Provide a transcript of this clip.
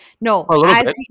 No